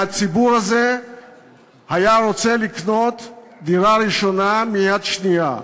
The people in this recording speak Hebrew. מהציבור הזה היו רוצים לקנות דירה ראשונה מיד שנייה,